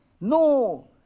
No